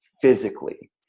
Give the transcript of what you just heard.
physically